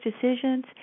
decisions